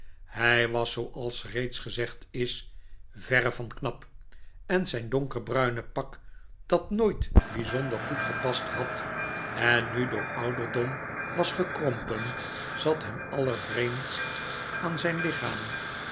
hij was zooals reeds gezegd is verre van knap en zijn donkerbruine pak dat nooit bijzonder goed gepast had en nu door ouderdom was gekrompen zat hem allervreemdst aan zijn lichaam